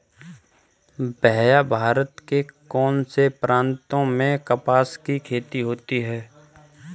भैया भारत के कौन से प्रांतों में कपास की खेती होती है?